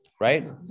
right